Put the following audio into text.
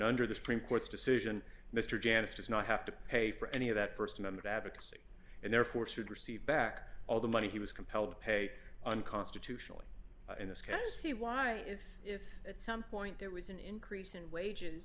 under the supreme court's decision mr janis does not have to pay for any of that st amendment advocacy and therefore should receive back all the money he was compelled to pay unconstitutionally in this case to see why if if at some point there was an increase in wages